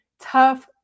tough